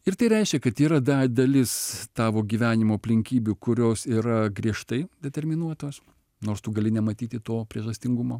ir tai reiškia kad yra dalis tavo gyvenimo aplinkybių kurios yra griežtai determinuotos nors tu gali nematyti to priežastingumo